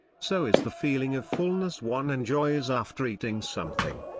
so is the feeling of fullness one enjoys after eating something.